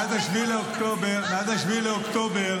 אבל אין לי מקור תקציבי --- מאז 7 באוקטובר